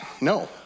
no